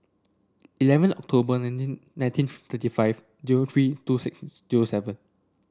eleven October nineteen nineteen thirty five zero three two six zero seven